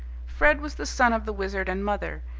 fred was the son of the wizard and mother.